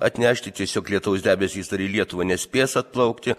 atnešti tiesiog lietaus debesys ir į lietuvą nespės atplaukti